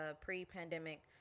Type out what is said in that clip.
pre-pandemic